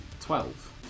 Twelve